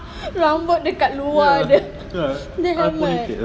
rambut dekat luar the the helmet